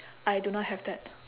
I do not have that